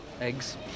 Eggs